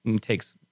takes